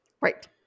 Right